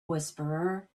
whisperer